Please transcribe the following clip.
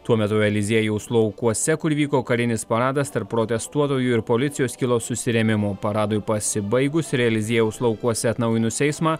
tuo metu eliziejaus laukuose kur vyko karinis paradas tarp protestuotojų ir policijos kilo susirėmimų paradui pasibaigus ir eliziejaus laukuose atnaujinus eismą